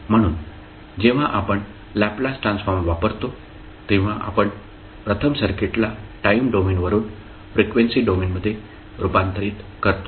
म्हणून जेव्हा आपण लॅपलास ट्रान्सफॉर्म वापरतो तेव्हा आपण प्रथम सर्किटला टाइम डोमेनवरून फ्रिक्वेन्सी डोमेनमध्ये रुपांतरीत करतो